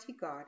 God